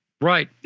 Right